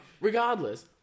Regardless